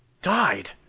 died.